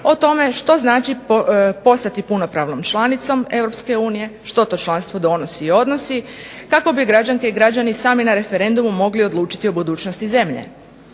o tome što znači postati punopravnom članicom Europske unije, što to članstvo donosi i odnosi, kako bi građanke i građani sami na referendumu mogli odlučiti o budućnosti zemlje.